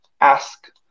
ask